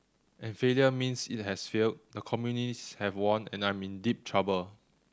and failure means it has failed the communists have won and I'm in deep trouble